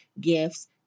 gifts